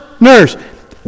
nurse